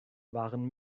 waren